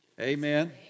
Amen